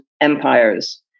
empires